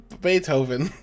Beethoven